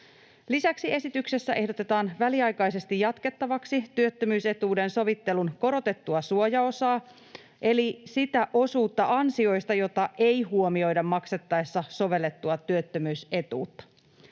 Lisäksi esityksessä ehdotetaan väliaikaisesti jatkettavaksi työttömyysetuuden sovittelun korotettua suojaosaa eli sitä osuutta ansioista, jota ei huomioida maksettaessa sovellettua työttömyysetuutta.